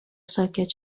ساکت